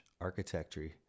architecture